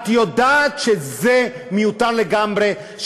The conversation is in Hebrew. את יודעת שזה מיותר לגמרי,